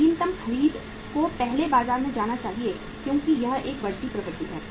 नवीनतम खरीद को पहले बाजार में जाना चाहिए क्योंकि यह एक बढ़ती प्रवृत्ति है